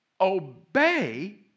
obey